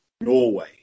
Norway